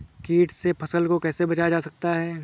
कीट से फसल को कैसे बचाया जाता हैं?